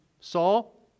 Saul